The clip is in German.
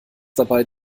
dabei